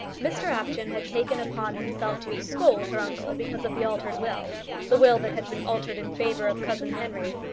mr apjohn had taken upon himself to scold her uncle because of the altered will the will that had been altered in favour of cousin henry.